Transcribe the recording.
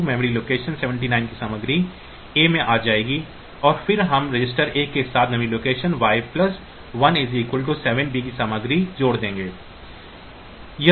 तो memory location 79 की सामग्री A में आ जाएगी और फिर हम रजिस्टर A के साथ मेमोरी लोकेशन Y1 7 b की सामग्री जोड़ देंगे